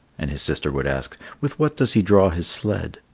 and his sister would ask, with what does he draw his sled?